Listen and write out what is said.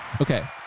Okay